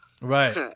Right